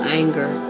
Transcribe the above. anger